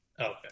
Okay